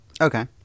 Okay